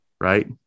right